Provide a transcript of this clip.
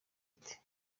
ati